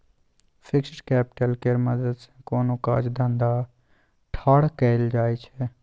fixed capital केर मदद सँ कोनो काज धंधा ठाढ़ कएल जाइ छै